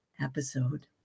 episode